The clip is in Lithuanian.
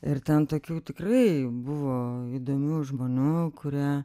ir ten tokių tikrai buvo įdomių žmonių kurie